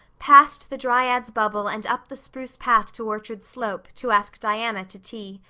past the dryad's bubble and up the spruce path to orchard slope, to ask diana to tea.